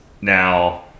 now